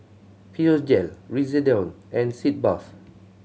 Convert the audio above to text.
Physiogel Redoxon and Sitz Bath